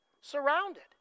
Surrounded